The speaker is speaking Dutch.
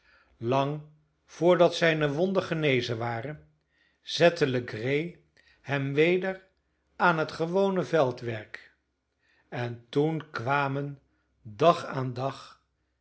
lang voordat zijne wonden genezen waren zette legree hem weder aan het gewone veldwerk en toen kwamen dag aan dag